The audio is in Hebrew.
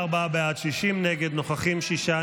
בעד, 60 נגד, נוכחים, שישה.